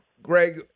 Greg